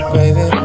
baby